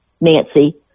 Nancy